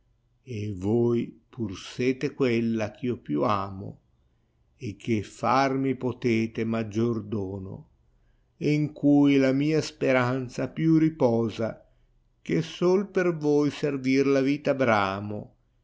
amara voi pur sete quella ch io più amo e che far mi potete maggior dono en cui la mia speranxa più riposa che sol per voi servir la vita bramo